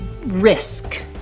risk